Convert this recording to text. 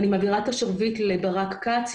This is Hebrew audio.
אני מעבירה את השרביט לברק כץ,